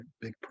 big